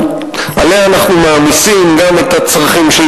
ועליה אנחנו מעמיסים גם את הצרכים של